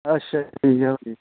ਅੱਛਾ ਠੀਕ ਹੈ ਭਾਅ ਜੀ